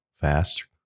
fast